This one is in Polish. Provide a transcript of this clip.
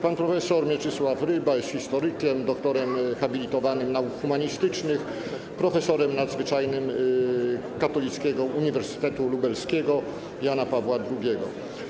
Pan prof. Mieczysław Ryba jest historykiem, doktorem habilitowanym nauk humanistycznych, profesorem nadzwyczajnym Katolickiego Uniwersytetu Lubelskiego Jana Pawła II.